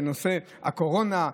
לנושא הקורונה?